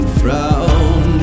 frown